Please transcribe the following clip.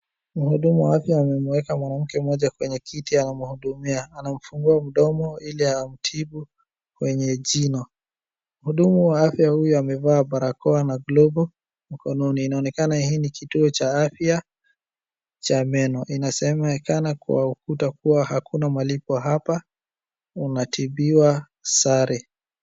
Mhudumu wa afya amemuweka mwanamke moja kwenye kiti anamhudumia, anamfungua ili amtibu kwenye jino. Mhudumu wa afya huyu amevaa barakoa na glovu mkononi. Inaonekana hii ni kituo cha afya cha Meno, inasemekana kuwa kutakuwa hakuna malipo hapa unatibiwa sare.